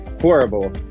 horrible